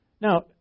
Now